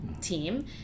team